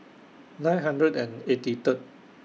nine hundred and eighty Third